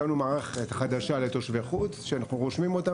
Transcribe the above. הקמנו מערכת חדש לתושבי חוץ שאנחנו ורושמים אותם